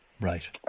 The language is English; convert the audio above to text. Right